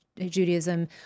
Judaism